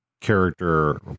character